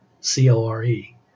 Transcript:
C-O-R-E